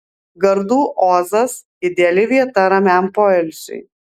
gardų ozas ideali vieta ramiam poilsiui